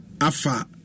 afa